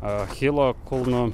achilo kulnu